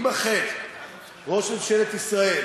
אם אכן ראש ממשלת ישראל